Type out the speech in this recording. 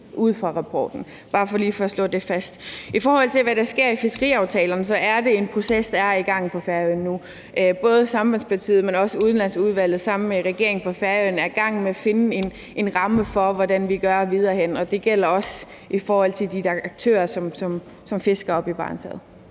ud fra rapporten. Det er bare lige for at slå det fast. I forhold til hvad der sker med fiskeriaftalerne, er det en proces, der er i gang på Færøerne nu. Både Sambandspartiet, men også udlandsudvalget er sammen med regeringen på Færøerne i gang med at finde en ramme for, hvordan vi gør videre frem, og det gælder også i forhold til de aktører, som fisker oppe i Barentshavet.